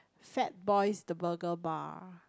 Fat Boys to Burger Bar